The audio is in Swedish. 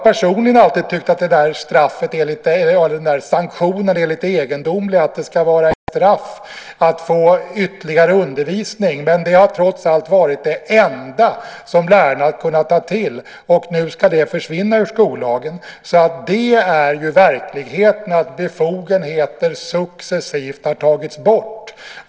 Personligen har jag alltid tyckt att den aktionen är lite egendomlig, alltså att det ska vara ett straff att få ytterligare undervisning. Men det har trots allt varit det enda som lärarna har kunnat ta till, och nu ska det försvinna ur skollagen. Verkligheten är alltså att befogenheter successivt har tagits bort.